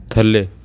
ਥੱਲੇ